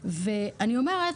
אני אומרת,